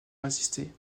résister